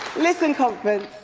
listen, conference,